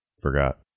forgot